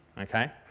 okay